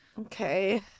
Okay